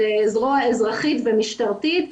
זה זרוע אזרחית ומשטרתית,